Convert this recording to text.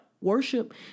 worship